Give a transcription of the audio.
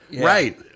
Right